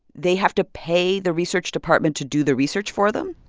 they have to pay the research department to do the research for them?